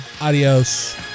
Adios